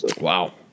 Wow